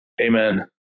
Amen